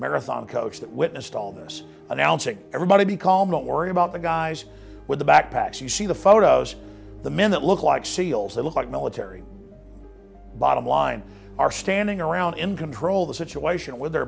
marathon coach that witnessed all this announcing everybody call not worry about the guys with the backpacks you see the photos the men that look like seals that look like military bottom line are standing around in control of the situation with their